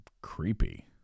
creepy